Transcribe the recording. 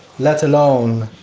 let alone